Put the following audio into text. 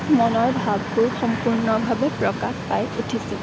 মনৰ ভাববোৰ সম্পূৰ্ণভাৱে প্ৰকাশ পাই উঠিছে